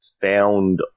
found